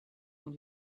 and